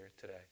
today